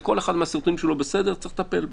כל אחד מהסרטונים שהוא לא בסדר, צריך לטפל בו,